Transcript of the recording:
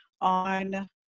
on